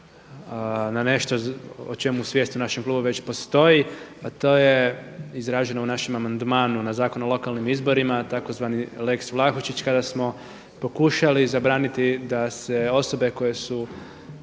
na nešto o čemu svijest u našem klubu već postoji, a to je izraženo u našem amandmanu na Zakonu o lokalnim izborima, tzv. lex Vlahušić kada smo pokušali zabraniti da se osobe koje su